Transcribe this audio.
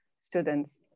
students